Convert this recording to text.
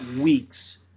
weeks